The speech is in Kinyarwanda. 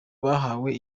bahawe